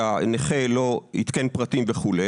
שהנכה לא עדכן פרטים וכו',